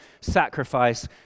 sacrifice